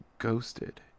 Ghosted